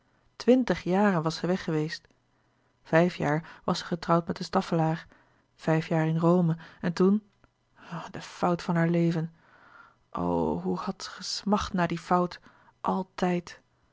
twintig jaren was zij weg geweest vijf jaar louis couperus de boeken der kleine zielen was zij getrouwd met de staffelaer vijf jaar in rome en toen o de fout van haar leven o hoe had ze gesmacht na die fout altijd